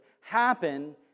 happen